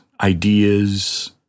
ideas